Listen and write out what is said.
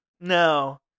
No